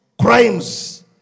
crimes